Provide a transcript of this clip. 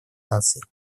наций